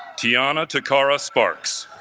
tiana takara sparks,